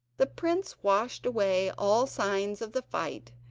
the prince washed away all signs of the fight,